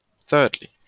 Thirdly